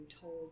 told